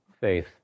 faith